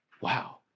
Wow